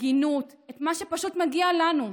הגינות, את מה שפשוט מגיע לנו,